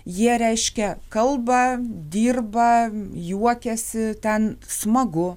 jie reiškia kalba dirba juokiasi ten smagu